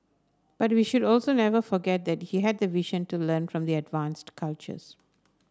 but we should also never forget that he had the vision to learn from their advanced cultures